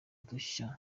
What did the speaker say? udushya